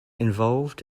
involved